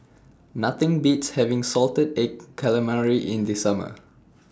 Nothing Beats having Salted Egg Calamari in The Summer